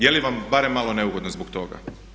Je li vam barem malo neugodno zbog toga?